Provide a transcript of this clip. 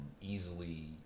easily